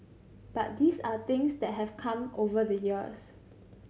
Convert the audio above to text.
but these are things that have come over the years